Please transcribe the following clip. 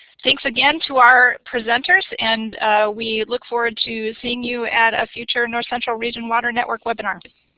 thanks again to our presenters, and we look forward to seeing you at a future north central region water network webinar.